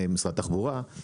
אני ממשרד התחבורה,